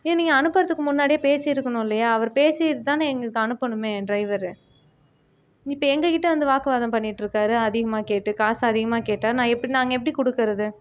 இது நீங்கள் அனுப்புறதுக்கு முன்னாடியே பேசியிருக்கணும் இல்லையா அவர் பேசிட்டுதானே எங்களுக்கு அனுப்பணுமே ட்ரைவரு இப்போ எங்கள் கிட்ட வந்து வாக்குவாதம் பண்ணிட்டிருக்காரு அதிகமாக கேட்டு காஸு அதிகமாக கேட்டால் நான் எப்படிண்ணா நாங்கள் எப்படி கொடுக்குறது